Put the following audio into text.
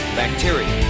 bacteria